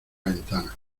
ventana